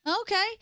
Okay